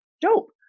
Dope